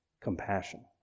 Compassion